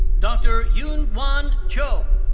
dr. eunhwan cho.